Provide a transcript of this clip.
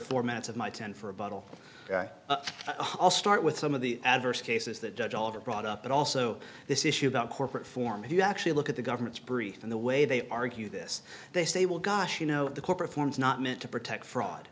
four minutes of my ten for a bottle i'll start with some of the adverse cases that judge oliver brought up but also this issue about corporate form if you actually look at the government's brief and the way they argue this they say well gosh you know the corporate form is not meant to protect fraud